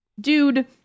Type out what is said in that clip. dude